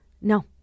No